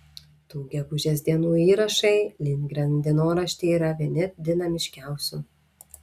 tų gegužės dienų įrašai lindgren dienoraštyje yra vieni dinamiškiausių